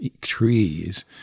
trees